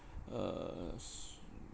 uh